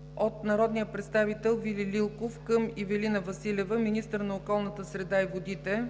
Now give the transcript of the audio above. - народния представител Вили Лилков към Ивелина Василева – министър на околната среда и водите,